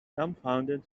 dumbfounded